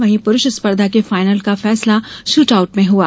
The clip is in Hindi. वहीं पुरूष स्पर्धा के फाइनल का फैसला शूटआउट में हुआ